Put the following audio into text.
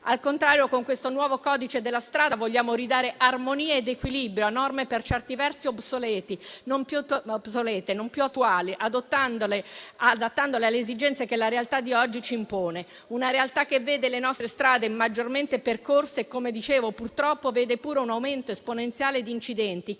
Al contrario, con questo nuovo codice della strada vogliamo ridare armonia ed equilibrio a norme per certi versi obsolete, non più attuali, adattandole alle esigenze che la realtà di oggi ci impone. Una realtà che vede le nostre strade maggiormente percorse e, come dicevo, purtroppo un aumento esponenziale di incidenti,